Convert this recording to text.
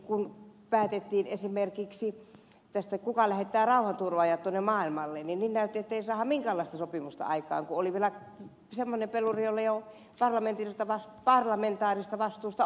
kun päätettiin esimerkiksi siitä kuka lähettää rauhanturvaajat tuonne maailmalle niin näytti ettei saada minkäänlaista sopimusta aikaan kun mukana oli vielä semmoinen peluri jolla ei ollut parlamentaarista vastuuta ollenkaan